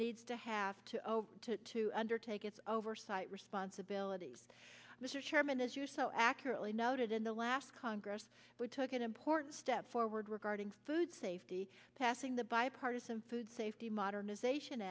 needs to have to to undertake its oversight responsibilities mr chairman as you so accurately noted in the last congress we took an important step forward regarding food safety passing the bipartisan food safety modernization